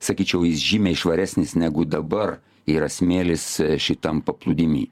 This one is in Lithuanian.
sakyčiau jis žymiai švaresnis negu dabar yra smėlis šitam paplūdimy